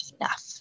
enough